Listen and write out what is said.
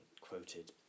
quoted